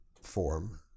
form